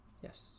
Yes